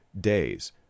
days